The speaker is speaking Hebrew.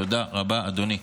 תודה רבה, אדוני.